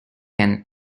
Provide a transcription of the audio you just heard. and